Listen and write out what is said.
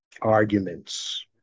arguments